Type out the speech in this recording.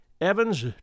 Evans